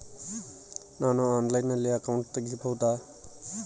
ನಾನು ಆನ್ಲೈನಲ್ಲಿ ಅಕೌಂಟ್ ತೆಗಿಬಹುದಾ?